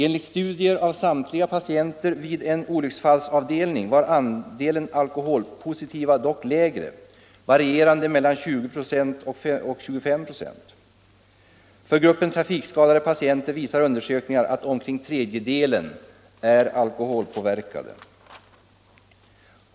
Enligt studier av samtliga patienter vid en olycksfallsavdelning var andelen alkoholpositiva dock lägre, varierande mellan 20 och 25 96. För gruppen trafikskadade patienter visar undersökningar att omkring tredjedelen är alkoholpåverkade.